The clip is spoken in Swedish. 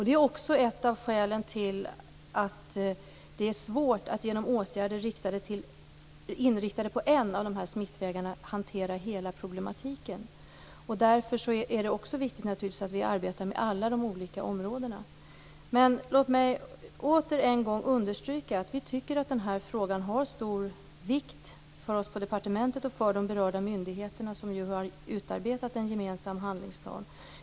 Det är också ett av skälen till att det är svårt att genom åtgärder som är inriktade på en av de här smittvägarna hantera hela problematiken. Därför är det naturligtvis också viktigt att vi arbetar med alla de olika områdena. Låt mig än en gång understryka att vi tycker att den här frågan har stor vikt för oss på departementet och för de berörda myndigheterna, som ju har utarbetat en gemensam handlingsplan.